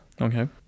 Okay